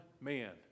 man